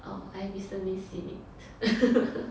oh I've recently seen it